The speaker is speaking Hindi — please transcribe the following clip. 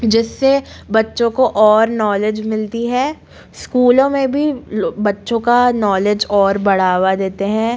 जिससे बच्चों को और नॉलेज मिलती है स्कूलों में भी बच्चों का नॉलेज और बढ़ावा देते हैं